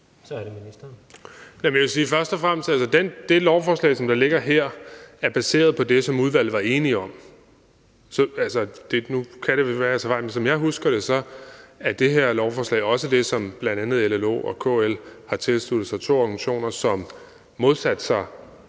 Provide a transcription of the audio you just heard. det lovforslag, der ligger her, er baseret på det, som udvalget var enige om. Og som jeg husker det, er det her lovforslag også det, som bl.a. LLO og KL har tilsluttet sig – to organisationer, som modsatte sig